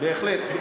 בהחלט.